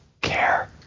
care